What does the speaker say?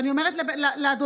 ואני אומרת לאדוני,